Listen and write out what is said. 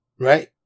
right